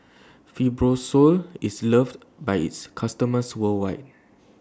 Fibrosol IS loved By its customers worldwide